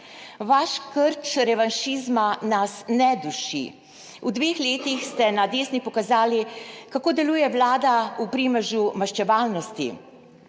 Vaš krč revanšizma nas ne duši. V dveh letih ste na desni pokazali kako deluje vlada v primežu maščevalnosti,